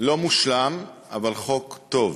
לא מושלם, אבל חוק טוב.